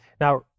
Now